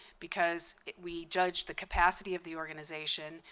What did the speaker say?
because we judge the capacity of the organization.